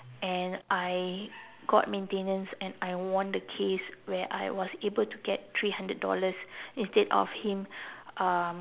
and I got maintenance and I won the case where I was able to get three hundred dollars instead of him um